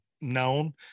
known